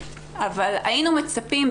אבל היינו מצפים,